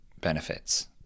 benefits